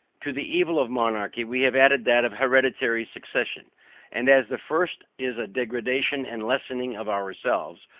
to the evil of monarchy we have added that of hereditary succession and as the first is a degradation and lessening of ourselves,